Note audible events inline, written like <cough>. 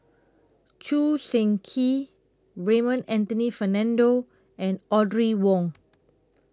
<noise> Choo Seng Quee Raymond Anthony Fernando and Audrey Wong